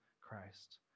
Christ